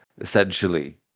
essentially